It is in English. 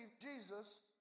Jesus